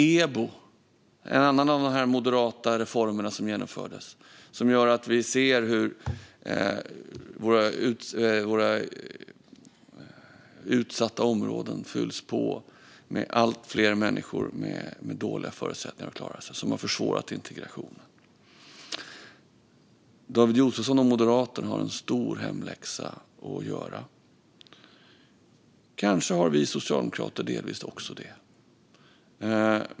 EBO, en annan av de moderata reformer som genomfördes, gör att vi ser hur våra utsatta områden fylls på med allt fler människor med dåliga förutsättningar att klara sig, vilket har försvårat integrationen. David Josefsson och Moderaterna har en stor hemläxa att göra. Kanske har vi socialdemokrater delvis också det.